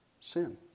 sin